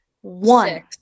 one